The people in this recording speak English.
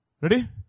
Ready